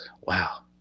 wow